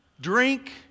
drink